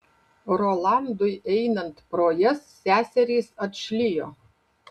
rolandui einant pro jas seserys atšlijo